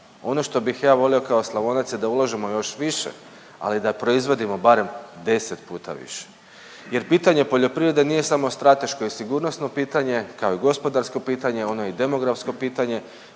Ono što bih ja volio kao Slavonac je da ulažemo još više, ali da proizvodimo barem 10 puta više jer pitanje poljoprivrede nije samo strateško i sigurnosno pitanje kao i gospodarsko pitanje ono je i demografsko pitanje